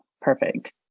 perfect